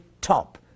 top